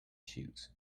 shoes